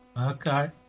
Okay